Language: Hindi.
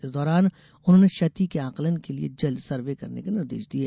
इस दौरान उन्होंने क्षति के आंकलन के लिए जल्द सर्वे करने के निर्देश दिये